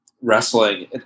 wrestling